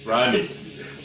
Ronnie